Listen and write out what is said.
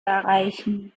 erreichen